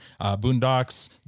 Boondocks